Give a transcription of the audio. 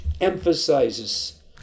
emphasizes